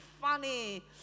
funny